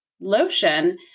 lotion